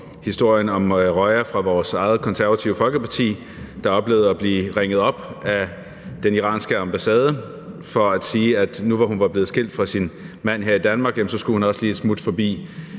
historien om Roya fra vores eget Konservative Folkeparti, der oplevede at blive ringet op af den iranske ambassade og fik at vide, at nu, hvor hun var blevet skilt fra sin mand her i Danmark ja, så skulle hun også lige et smut forbi